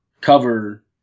cover